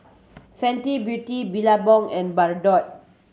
Fenty Beauty Billabong and Bardot